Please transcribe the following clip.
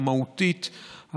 המהותית,